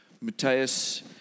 Matthias